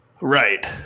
Right